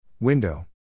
Window